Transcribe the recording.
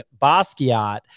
Basquiat